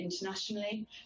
internationally